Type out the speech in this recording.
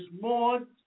more